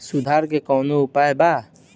सुधार के कौनोउपाय वा?